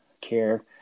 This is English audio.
care